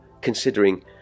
considering